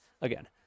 again